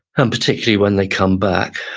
and particularly, when they come back